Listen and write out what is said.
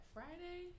Friday